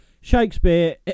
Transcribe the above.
Shakespeare